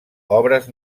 obres